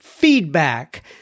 feedback